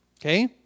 Okay